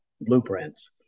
blueprints